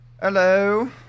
Hello